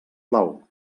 plau